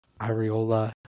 Iriola